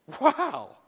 Wow